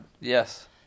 Yes